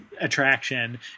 attraction